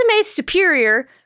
superior